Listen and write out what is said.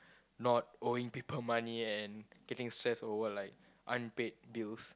not owing people money and getting stress over like unpaid bills